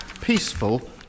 peaceful